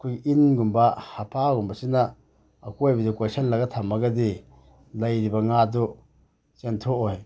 ꯑꯩꯈꯣꯏꯒꯤ ꯏꯟꯒꯨꯝꯕ ꯍꯕ꯭ꯔꯥꯒꯨꯝꯕꯁꯤꯅ ꯑꯀꯣꯏꯕꯗ ꯀꯣꯏꯁꯤꯜꯂꯒ ꯊꯝꯃꯒꯗꯤ ꯂꯩꯔꯤꯕ ꯉꯥꯗꯨ ꯆꯦꯟꯊꯣꯛꯑꯣꯏ